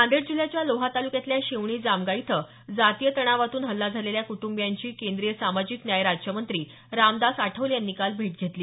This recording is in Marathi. नांदेड जिल्ह्याच्या लोहा तालुक्यातल्या शिवणी जामगा इथं जातीय तणावातून हल्ला झालेल्या कुटंबीयांची केंद्रीय सामाजिक न्याय राज्यमंत्री रामदास आठवले यांनी काल भेट घेतली